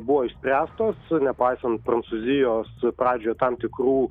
buvo išspręstos nepaisant prancūzijos pradžioje tam tikrų